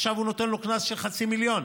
עכשיו הוא נותן לו קנס של חצי מיליון,